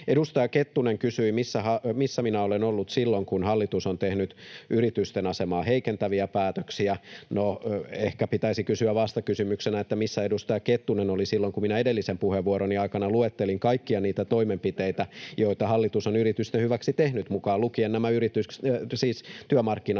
Edustaja Kettunen kysyi, missä minä olen ollut silloin, kun hallitus on tehnyt yritysten asemaa heikentäviä päätöksiä. No, ehkä pitäisi kysyä vastakysymyksenä, missä edustaja Kettunen oli silloin, kun minä edellisen puheenvuoroni aikana luettelin kaikkia niitä toimenpiteitä, joita hallitus on yritysten hyväksi tehnyt, mukaan lukien nämä työmarkkinareformit.